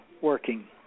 working